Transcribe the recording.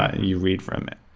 you read from it.